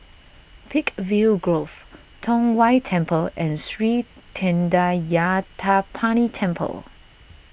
Peakville Grove Tong Whye Temple and Sri thendayuthapani Temple